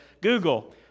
Google